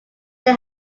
they